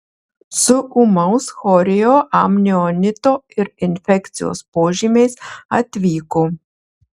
su ūmaus chorioamnionito ir infekcijos požymiais atvyko